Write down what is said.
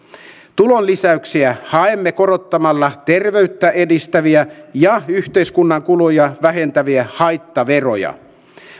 tulonlisäyksiä haemme korottamalla terveyttä edistäviä ja yhteiskunnan kuluja vähentäviä haittaveroja